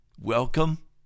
Welcome